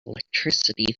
electricity